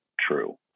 true